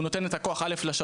ראשית, הוא נותן את הכוח לשב"ס,